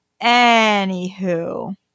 anywho